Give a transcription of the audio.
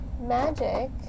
magic